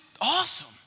awesome